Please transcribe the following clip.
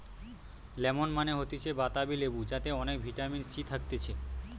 lemon মানে হতিছে বাতাবি লেবু যাতে অনেক ভিটামিন সি থাকতিছে